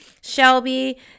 Shelby